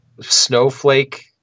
snowflake